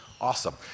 Awesome